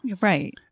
right